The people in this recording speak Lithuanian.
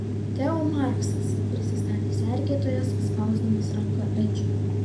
teo marksas prisistatė sergėtojas spausdamas ranką edžiui